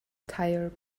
tire